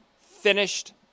finished